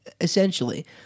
essentially